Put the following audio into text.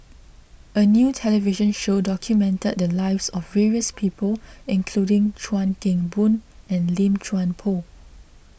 a new television show documented the lives of various people including Chuan Keng Boon and Lim Chuan Poh